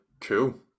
cool